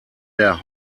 der